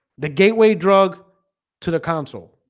the gateway drug to the council